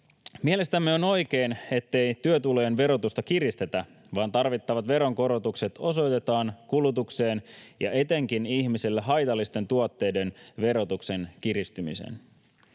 Mielestämme on oikein, ettei työtulojen verotusta kiristetä, vaan tarvittavat veronkorotukset osoitetaan kulutukseen ja etenkin ihmiselle haitallisten tuotteiden verotuksen kiristymiseen.